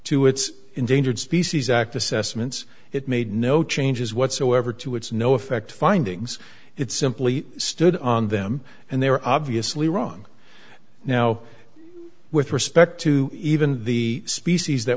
to its endangered species act assessments it made no changes whatsoever to its no effect findings it simply stood on them and they're obviously wrong now with respect to even the species that